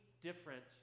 different